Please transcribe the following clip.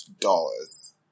dollars